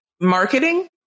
Marketing